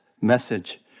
message